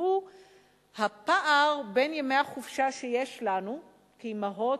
והוא הפער בין ימי החופשה שיש לנו כאמהות,